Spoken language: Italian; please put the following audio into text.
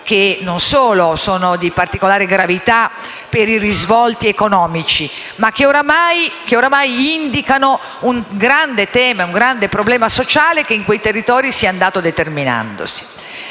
che non solo sono di particolare gravità per i risvolti economici, ma che ormai indicano un grande problema sociale che in quei territori è andato determinandosi.